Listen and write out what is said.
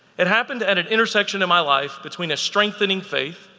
it happened at an intersection in my life between strengthening faith,